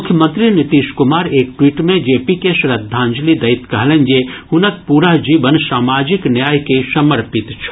मुख्यमंत्री नीतीश कुमार एक ट्वीट मे जेपी के श्रद्धांजलि दैत कहलनि जे हुनक पूरा जीवन सामाजिक न्याय के समर्पित छल